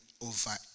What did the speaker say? over